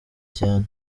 cyane